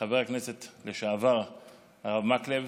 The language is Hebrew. חבר הכנסת לשעבר הרב מקלב,